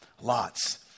Lots